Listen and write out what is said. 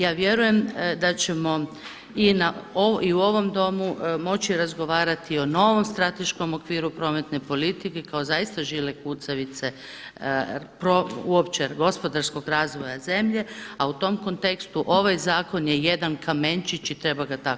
Ja vjerujem da ćemo i u ovom Domu moći razgovarati o novom strateškom okviru prometne politike kao zaista žile kucavice uopće gospodarskog razvoja zemlje, a u tom kontekstu ovaj zakon je jedan kamenčić i treba ga tako promatrati.